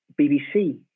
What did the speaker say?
BBC